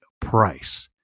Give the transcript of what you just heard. price